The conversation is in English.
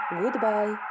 goodbye